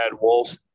Wolf